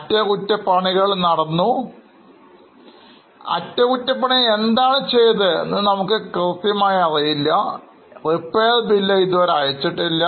അറ്റകുറ്റപ്പണികൾ എന്താണ് ചെയ്തതെന്ന് നമ്മൾക്ക് കൃത്യമായി അറിയില്ല റിപ്പയർ ബിൽ ഇതുവരെഅയച്ചിട്ടില്ല